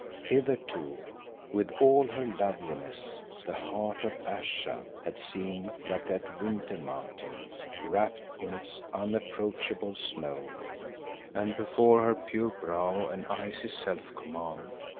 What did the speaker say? hitherto, with all her loveliness, the heart of ayesha had seemed like that winter mountain wrapped in its unapproachable snow and before her pure brow and icy self-command,